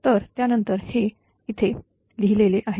तर त्यानंतर हे इथे लिहिलेले आहे